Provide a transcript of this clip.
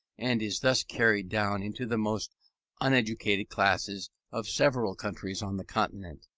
and is thus carried down into the most uneducated classes of several countries on the continent,